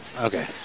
Okay